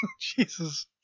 jesus